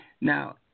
Now